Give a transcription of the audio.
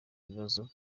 ibibazo